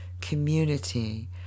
community